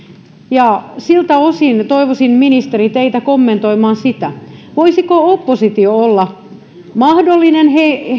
ja siltä osin toivoisin ministeri teidän kommentoivan sitä voisiko oppositio olla mahdollinen